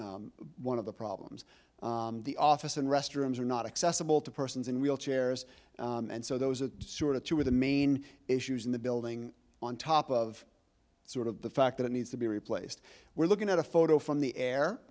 one of the problems the office and restrooms are not accessible to persons in wheelchairs and so those are sort of two are the main issues in the building on top of sort of the fact that it needs to be replaced we're looking at a photo from the air